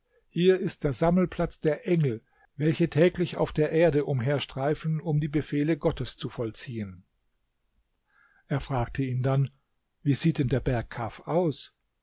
hier ist der sammelplatz der engel welche täglich auf der erde umherstreifen um die befehle gottes zu vollziehen er fragte ihn dann wie sieht denn der berg kaf aus